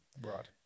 right